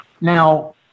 now